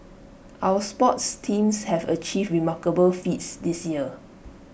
our sports teams have achieved remarkable feats this year